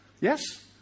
Yes